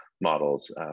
models